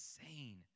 insane